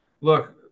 look